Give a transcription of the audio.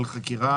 על חקירה,